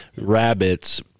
rabbits